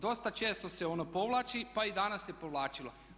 Dosta često se ono povlači pa i danas se povlačilo.